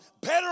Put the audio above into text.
better